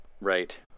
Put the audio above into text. Right